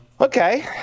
Okay